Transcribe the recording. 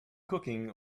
cooking